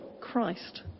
Christ